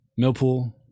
Millpool